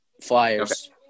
Flyers